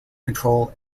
control